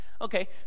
Okay